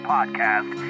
Podcast